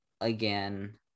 again